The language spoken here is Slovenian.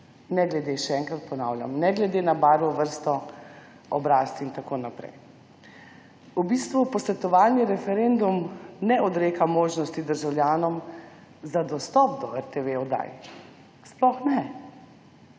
ne glede na barvo, vrsto, oblast in tako naprej. V bistvu posvetovalni referendum ne odreka možnosti državljanom za dostop do TV oddaj. Sploh ne.